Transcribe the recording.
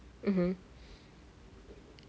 mmhmm